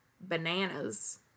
bananas